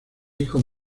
hijo